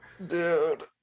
Dude